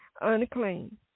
unclean